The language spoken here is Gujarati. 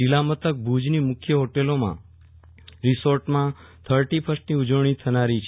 જિલ્લા મથક ભુજની મુખ્ય હોટલો રીસોર્ટમાં થર્ટી ફર્સ્ટની ઉજવણી થનારી છે